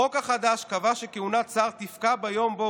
החוק החדש קבע שכהונת שר תפקע ביום שבו